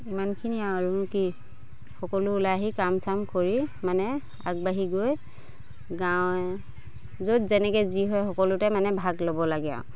ইমানখিনি আৰু আৰু কি সকলো ওলাই আহি কাম চাম কৰি মানে আগবাঢ়ি গৈ গাঁৱে য'ত যেনেকে যি হয় সকলোতে মানে ভাগ ল'ব লাগে আৰু